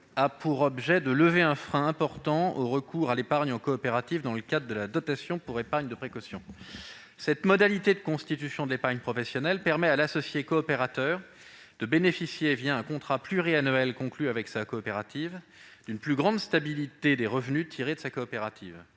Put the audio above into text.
est de lever un frein important au recours à l'épargne en coopérative, dans le cadre de la dotation pour épargne de précaution (DEP). Cette modalité de constitution de l'épargne professionnelle permet à l'associé coopérateur de bénéficier, un contrat pluriannuel conclu avec sa coopérative, d'une plus grande stabilité des revenus qu'il tire de celle-ci.